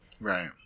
Right